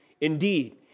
Indeed